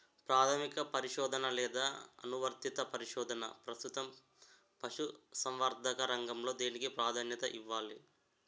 ప్రాథమిక పరిశోధన లేదా అనువర్తిత పరిశోధన? ప్రస్తుతం పశుసంవర్ధక రంగంలో దేనికి ప్రాధాన్యత ఇవ్వాలి?